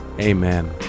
Amen